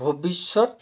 ভৱিষ্যত